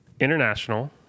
international